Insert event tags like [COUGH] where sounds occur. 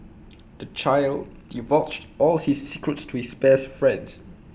[NOISE] the child divulged all his secrets to his best friends